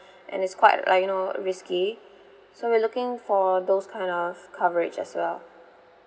and it's quite like you know risky so we're looking for those kind of coverage as well